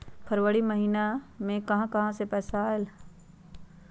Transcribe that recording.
फरवरी महिना मे कहा कहा से पैसा आएल?